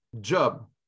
job